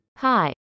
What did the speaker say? hi